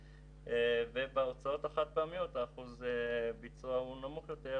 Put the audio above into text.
בהוצאות החד-פעמיות אחוז הביצוע נמוך יותר.